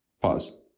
Pause